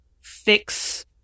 fix